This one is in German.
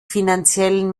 finanziellen